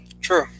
True